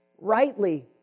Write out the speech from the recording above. rightly